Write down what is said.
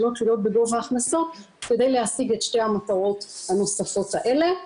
שלא קשורות בגובה ההכנסה כדי להשיג את שתי המטרות הנוספות האלה.